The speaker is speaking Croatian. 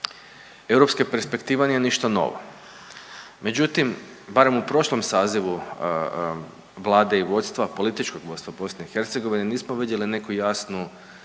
europska perspektiva nije ništa novo. Međutim, barem u prošlom sazivu vlade i vodstva, političkog vodstva BiH nismo vidjeli neku jasnu